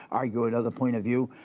argue another point of view.